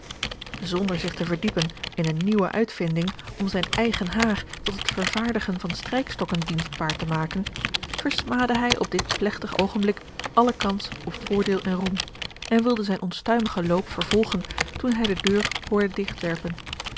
zonder zich te verdiepen in eene nieuwe uitvinding om zijn eigen haar tot het vervaardigen van strijkstokken dienstbaar te maken versmaadde hij op dit plegtig oogenblik alle kans op voordeel en roem en wilde zijn onstuimigen loop vervolgen toen hij de deur hoorde